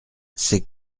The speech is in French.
c’est